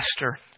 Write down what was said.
master